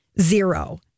zero